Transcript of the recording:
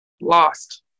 lost